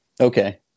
okay